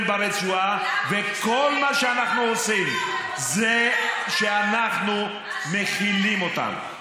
ברצועה וכל מה שאנחנו עושים זה שאנחנו מכילים אותם.